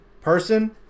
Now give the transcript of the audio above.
person